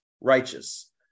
righteous